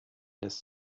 lässt